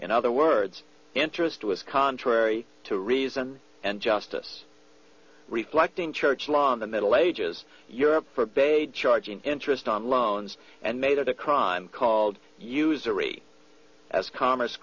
in other words interest was contrary to reason and justice reflecting church law in the middle ages europe forbade charging interest on loans and made it a crime called usury as commerce